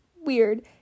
weird